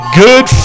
good